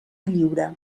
lliure